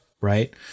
Right